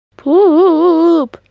poop